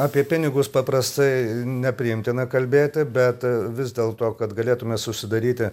apie pinigus paprastai nepriimtina kalbėti bet vis dėlto kad galėtume susidaryti